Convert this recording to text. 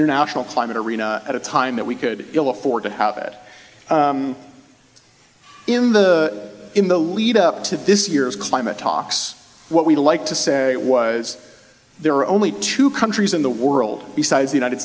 international climate arena at a time that we could ill afford to have it in the in the lead up to this year's climate talks what we'd like to say was there are only two countries in the world besides the united